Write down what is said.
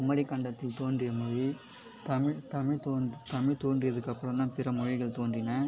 குமரி கண்டத்தில் தோன்றிய மொழி தமிழ் தமிழ் தோன்றி தமிழ் தோன்றியதுக்கு அப்புறம் தான் பிற மொழிகள் தோன்றின